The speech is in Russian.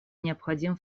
необходим